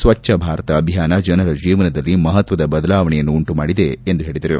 ಸ್ವಚ್ದ ಭಾರತ ಅಭಿಯಾನ ಜನರ ಜೀವನದಲ್ಲಿ ಮಹತ್ತದ ಬದಲಾವಣೆಯನ್ನು ಉಂಟು ಮಾಡಿದೆ ಎಂದು ಹೇಳಿದರು